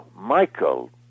Michael